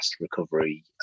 recovery